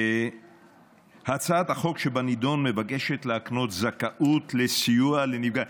הצעת החוק שבנדון מבקשת להקנות זכאות לסיוע לנפגעי,